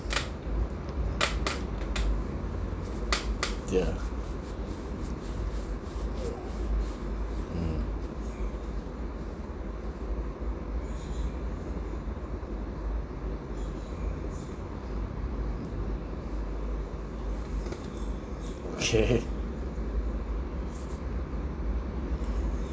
yeah mm okay